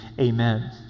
amen